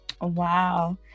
Wow